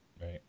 Right